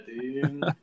dude